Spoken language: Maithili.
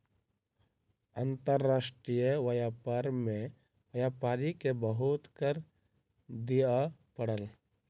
अंतर्राष्ट्रीय व्यापार में व्यापारी के बहुत कर दिअ पड़ल